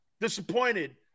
Disappointed